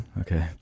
Okay